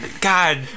God